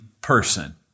person